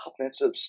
offensive